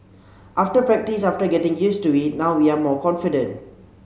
after practice after getting used to it now we are more confident